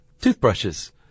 toothbrushes